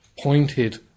pointed